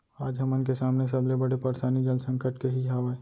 आज हमन के सामने सबले बड़े परसानी जल संकट के ही हावय